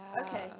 Okay